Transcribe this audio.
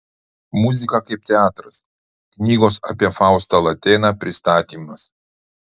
muzika kaip teatras knygos apie faustą latėną pristatymas